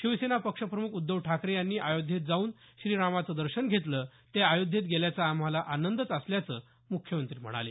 शिवसेना पक्षप्रमुख उद्धव ठाकरे यांनी अयोध्येत जाऊन श्रीरामाचं दर्शन घेतलं ते अयोध्येत गेल्याचा आम्हाला आनंदच असल्याचं मुख्यमंत्री म्हणाले